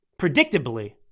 predictably